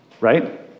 right